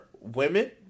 women